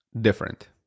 different